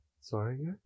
Sorry